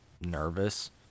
nervous